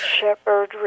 shepherd